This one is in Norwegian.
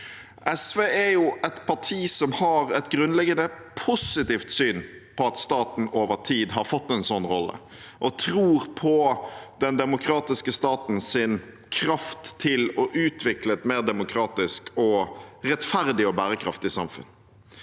SV er et parti som har et grunnleggende positivt syn på at staten over tid har fått en slik rolle, og tror på den demokratiske statens kraft til å utvikle et mer demokratisk, rettferdig og bærekraftig samfunn.